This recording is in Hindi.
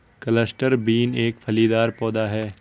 क्लस्टर बीन एक फलीदार पौधा है